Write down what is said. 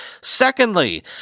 Secondly